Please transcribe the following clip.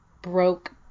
Broke